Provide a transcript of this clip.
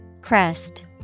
Crest